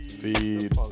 feed